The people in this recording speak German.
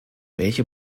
welche